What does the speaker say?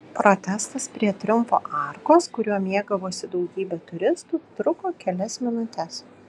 protestas prie triumfo arkos kuriuo mėgavosi daugybė turistų truko kelias minutes